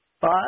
five